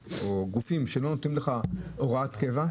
גופים לא נותנים לך לעשות הוראת קבע.